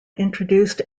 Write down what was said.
introduced